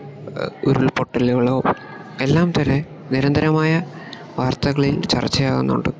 ഉരുൾ പൊട്ടലുകളോ എല്ലാം തന്നെ നിരന്തരമായ വാർത്തകളിൽ ചർച്ചയാകുന്നുണ്ട്